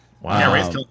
wow